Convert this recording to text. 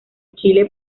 chile